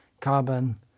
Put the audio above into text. carbon